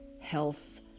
health